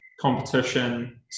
competition